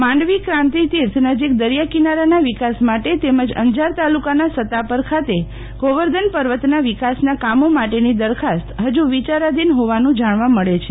માંડવી કાંતિતીર્થ નજીક દરિયા કિનારાનાં વિકાસ માટે તેમજ અંજાર તાલુકાનાં સતાપર ખાતે ગોવર્ધનપૂર્વતનાં વિકાસનાં કામો માટેની દરખાસ્ત હજુ વિયારાધીન હોવાનું જાણવા મળે છે